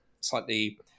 slightly